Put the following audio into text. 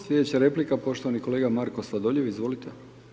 Sljedeća replika, poštovani kolega Marko Sladoljev, izvolite.